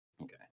Okay